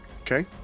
okay